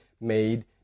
made